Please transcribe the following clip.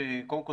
קודם כל,